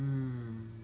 mm